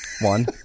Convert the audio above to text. One